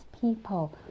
people